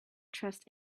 trust